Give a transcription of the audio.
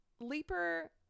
Leaper